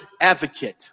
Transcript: advocate